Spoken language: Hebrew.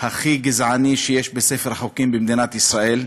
הכי גזעני שיש בספר החוקים במדינת ישראל,